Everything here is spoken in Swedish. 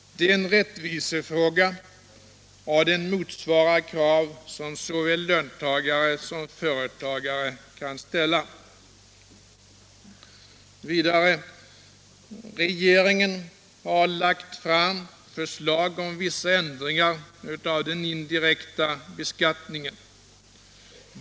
Det är en rättvisefråga och den motsvarar krav som både löntagare och företagare kan ställa. Regeringen har lagt fram förslag om vissa ändringar av den indirekta beskattningen.